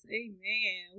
amen